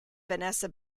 vanessa